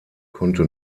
konnte